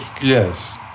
Yes